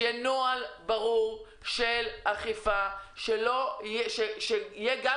שיהיה נוהל ברור של אכיפה ושניתן יהיה גם